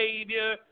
Savior